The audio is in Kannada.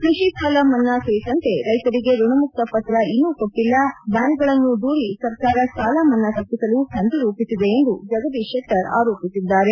ಕೃಷಿ ಸಾಲ ಮನ್ನಾ ಕುರಿತಂತೆ ರೈತರಿಗೆ ಋಣಮುಕ್ತ ಪತ್ರ ಇನ್ನೂ ಕೊಟ್ಟಿಲ್ಲ ಬ್ಯಾಂಕ್ಗಳನ್ನು ದೂರಿ ಸರ್ಕಾರ ಸಾಲಮನ್ನಾ ತಪ್ಪಿಸಲು ಸಂಚು ರೂಪಿಸಿದೆ ಎಂದು ಜಗದೀಶ್ ಶೆಟ್ಟರ್ ಆರೋಪಿಸಿದ್ದಾರೆ